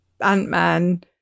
Ant-Man